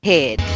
Head